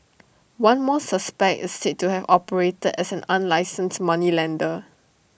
one more suspect is said to have operated as an unlicensed moneylender